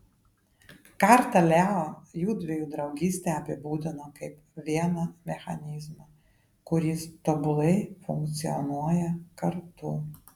kartą leo jųdviejų draugystę apibūdino kaip vieną mechanizmą kuris tobulai funkcionuoja kartu